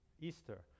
Easter